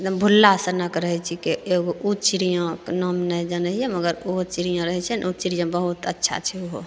एकदम भुला सनक रहैत छिकै एगो ओ चिड़ियाँके नाम नहि जनैत हियै मगर ओहो चिड़ियाँ रहैत छै ने ओहो चिड़ियाँ बहुत अच्छा छै ओहो